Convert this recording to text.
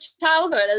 childhood